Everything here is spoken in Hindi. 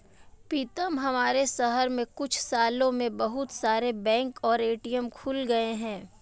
पीतम हमारे शहर में कुछ सालों में बहुत सारे बैंक और ए.टी.एम खुल गए हैं